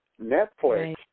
Netflix